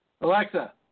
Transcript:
Alexa